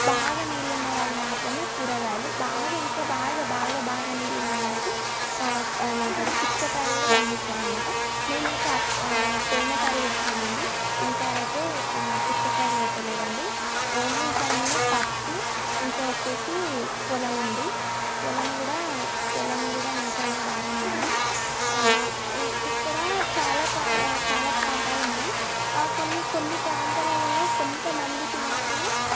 బాగా నీళ్ళు ఉన్న వాళ్ళు మాత్రమే కూరగాయలు బాగా ఇంకా బాగా బాగా బాగా నీళ్ళు ఉన్నవాళ్ళు అయితే ఏమంటారు పుచ్చకాయ కూడా పండిస్తారు అన్నమాట మేము అయితే పోయినసారి పెట్టామండి ఈసారి అయితే పుచ్చకాయలు పెట్టలేదు అండి ఓన్లీ ఈసారి మేము పత్తి ఇంకా వచ్చేసి పొలం అండి పొలం కూడా పొలం కూడా మంచిగానే పారింది అండి ఇక్కడ చాలా ప్రాం చాలా ప్రాంతాలు ఉన్నాయి కొన్ని కొన్ని ప్రాంతాలలో కొంత మందికి మాత్రమే